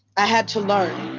i had to learn.